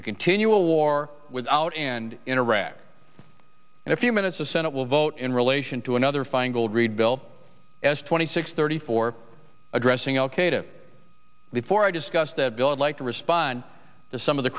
to continue a war without end in iraq and a few minutes of senate will vote in relation to another feingold reid bill as twenty six thirty four addressing al qaeda before i discuss that bill and like to respond to some of the